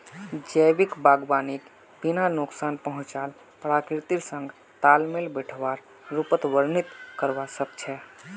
जैविक बागवानीक बिना नुकसान पहुंचाल प्रकृतिर संग तालमेल बिठव्वार रूपत वर्णित करवा स ख छ